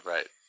Right